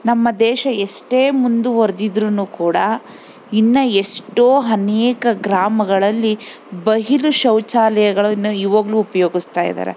ನಮ್ಮ ದೇಶ ಎಷ್ಟೇ ಮುಂದುವರ್ದಿದ್ರು ಕೂಡ ಇನ್ನು ಎಷ್ಟೋ ಅನೇಕ ಗ್ರಾಮಗಳಲ್ಲಿ ಬಹಿಲು ಶೌಚಾಲಯಗಳನ್ನು ಇವಾಗಲು ಉಪಯೋಗಿಸ್ತಾ ಇದಾರೆ